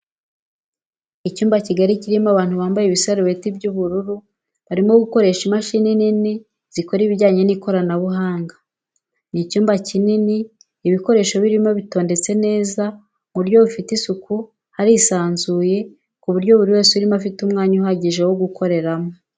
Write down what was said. Icyumba kigari kirimo abantu bambaye ibisarubeti by'ubururu barimo gukoresha imashini nini zikora ibijyanye n'ikoranabuhanga, ni icyumba kinini ibikoresho birimo bitondetse neza mu buryo bufite isuku harisanzuye ku buryo buri wese urimo afite umwanya uhagije wo gukoreramo.